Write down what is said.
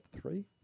three